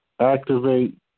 activate